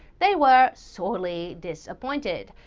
they were sorely disappointed.